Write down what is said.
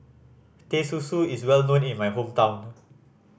Teh Susu is well known in my hometown